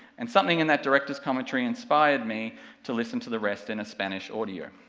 and something in that director's commentary inspired me to listen to the rest in a spanish audio.